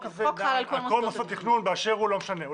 חל על כל מוסדות התכנון באשר הוא, לא משנה.